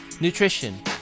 nutrition